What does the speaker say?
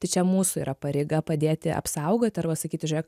tai čia mūsų yra pareiga padėti apsaugoti arba sakyti žiūrėk